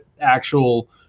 actual